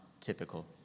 typical